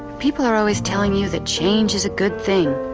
people are always telling you that change is a good thing